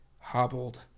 hobbled